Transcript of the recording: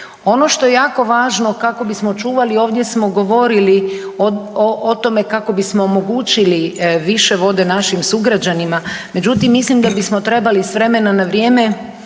Ono što je jako važno kako bismo čuvali ovdje smo govorili o tome kako bismo omogućili više vode našim sugrađanima, međutim mislim da bismo trebali s vremena na vrijeme